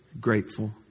grateful